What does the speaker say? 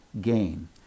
gain